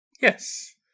Yes